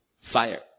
fire